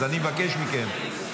אז אני מבקש מכם,